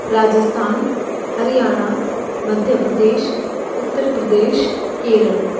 Rajasthan Haryana Madhya Pradesh Uttar Pradesh Kerala